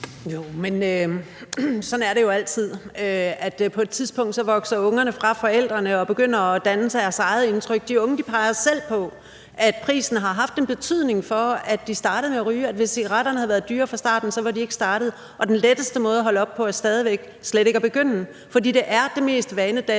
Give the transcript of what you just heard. Jo, men sådan er det jo altid, altså at ungerne på et tidspunkt vokser fra forældrene og begynder at danne deres eget indtryk, og de unge peger selv på, at prisen har haft en betydning for, at de startede med at ryge, og at de, hvis cigaretterne havde været dyrere fra starten, ikke var startet. Og den letteste måde at holde op på er stadig væk slet ikke at begynde. For det er det mest vanedannende